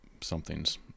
somethings